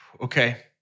Okay